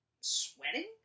sweating